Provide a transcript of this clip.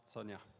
Sonia